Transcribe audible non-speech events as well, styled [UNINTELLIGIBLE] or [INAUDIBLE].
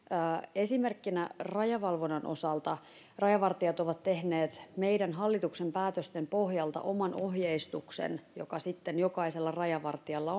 esimerkkinä rajavalvonnan osalta rajavartijat ovat tehneet hallituksen päätösten pohjalta oman ohjeistuksen joka sitten jokaisella rajavartijalla [UNINTELLIGIBLE]